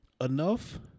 enough